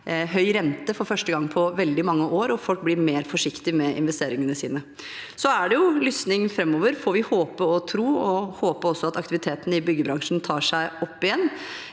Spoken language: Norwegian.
høy rente for første gang på veldig mange år, og folk blir mer forsiktig med investeringene sine. Så er det lysning framover, får vi håpe og tro, og vi får også håpe at aktiviteten i byggebransjen tar seg opp igjen.